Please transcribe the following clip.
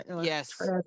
Yes